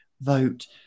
vote